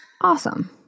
awesome